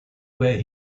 where